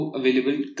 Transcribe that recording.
available